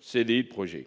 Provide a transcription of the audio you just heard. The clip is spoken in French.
C'est des projets